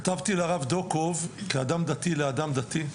כתבתי לרב דוקוב, כאדם דתי לאדם דתי.